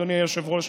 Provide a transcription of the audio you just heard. אדוני היושב-ראש,